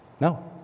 No